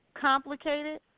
complicated